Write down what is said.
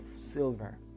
silver